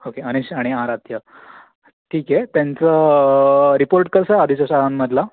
okay Anish आणि आराध्य ठीक आहे त्यांचा रिपोर्ट कसं आधीच्या शाळांमधला